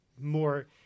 more